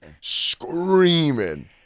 screaming